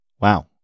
Wow